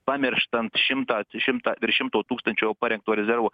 pamirštant šimtą šimtą virš šimto tūkstančio jau parengto rezervo